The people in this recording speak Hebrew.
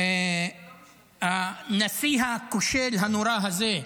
הנשיא הכושל, הנורא הזה,